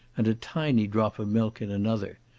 and a tiny drop of milk in another,